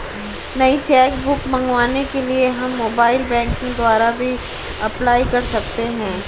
नई cheque book मंगवाने के लिए हम मोबाइल बैंकिंग द्वारा भी अप्लाई कर सकते है